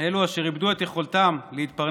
אלו אשר איבדו את יכולתם להתפרנס,